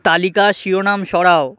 তালিকার শিরোনাম সরাও